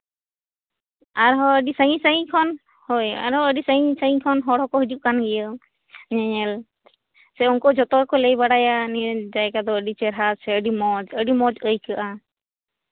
ᱟᱨᱦᱚᱸ ᱟᱹᱰᱤ ᱥᱟᱹᱜᱤᱧ ᱥᱟᱹᱜᱤᱧ ᱠᱷᱚᱱ ᱦᱳᱭ ᱟᱨᱦᱚᱸ ᱟᱹᱰᱤ ᱥᱟᱹᱜᱤᱧ ᱥᱟᱹᱜᱤᱧ ᱠᱷᱚᱱ ᱦᱚᱲ ᱦᱚᱸᱠᱚ ᱦᱤᱡᱩᱜ ᱠᱟᱱ ᱧᱮᱧᱮᱞ ᱥᱮ ᱩᱱᱠᱩ ᱡᱷᱚᱛᱚ ᱦᱚᱲᱠᱚ ᱞᱟᱹᱭᱮᱜ ᱠᱟᱱ ᱞᱟᱹᱭ ᱵᱟᱲᱟᱭᱟ ᱱᱤᱭᱟᱹ ᱡᱟᱭᱜᱟ ᱫᱚ ᱟᱹᱰᱤ ᱪᱮᱨᱦᱟ ᱥᱮ ᱟᱹᱰᱤ ᱢᱚᱸᱡ ᱟᱹᱰᱤ ᱢᱚᱸᱡ ᱟᱹᱭᱠᱟᱹᱜᱼᱟ